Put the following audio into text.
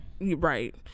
Right